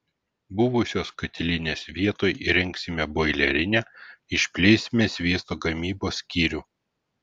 buvusios katilinės vietoj įrengsime boilerinę išplėsime sviesto gamybos skyrių